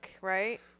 right